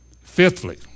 Fifthly